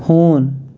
ہوٗن